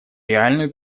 реальную